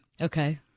Okay